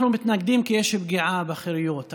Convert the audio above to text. אנחנו מתנגדים כי יש פגיעה בחירויות.